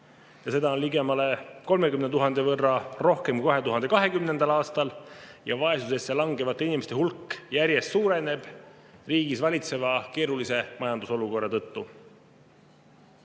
Seda on ligemale 30 000 võrra rohkem kui 2020. aastal. Vaesusesse langevate inimeste hulk järjest suureneb riigis valitseva keerulise majandusolukorra tõttu.